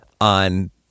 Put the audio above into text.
on